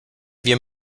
wir